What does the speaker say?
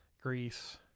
Greece